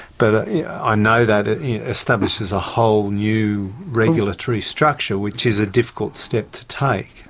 but i know that establishes a whole new regulatory structure which is a difficult step to take.